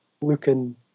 looking